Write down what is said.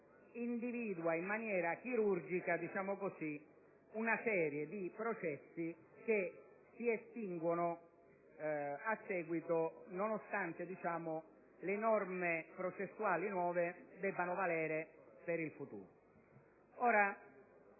individua in maniera "chirurgica" una serie di processi che si estinguono nonostante le norme processuali nuove debbano valere per il futuro.